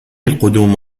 القدوم